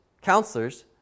counselors